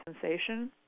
sensation